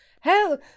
hell